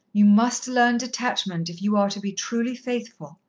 you must learn detachment if you are to be truly faithful.